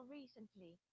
recently